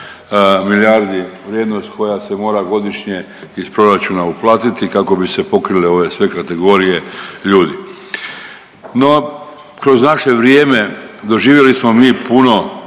milijardi vrijednost koja se mora godišnje iz proračuna uplatiti kako bi se pokrile ove sve kategorije ljudi. No, kroz naše vrijeme doživjeli smo mi puno